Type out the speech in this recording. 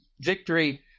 Victory